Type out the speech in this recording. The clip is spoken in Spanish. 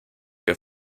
que